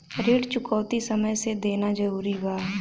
ऋण चुकौती समय से देना जरूरी बा?